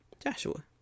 Joshua